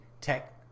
tech